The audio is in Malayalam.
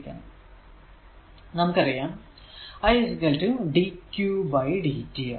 നമുക്കറിയാം i dq dt ആണ്